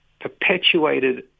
perpetuated